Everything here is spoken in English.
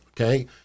okay